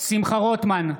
שמחה רוטמן,